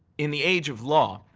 in the age of law,